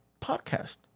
podcast